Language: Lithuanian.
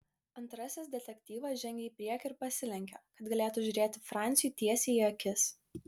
antrasis detektyvas žengė į priekį ir pasilenkė kad galėtų žiūrėti franciui tiesiai į akis